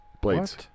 Blades